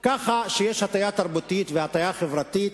כך שיש הטיה תרבותית והטיה חברתית,